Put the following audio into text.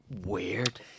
weird